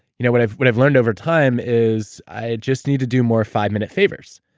you know what i've what i've learned over time is, i just need to do more five-minute favors.